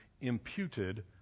imputed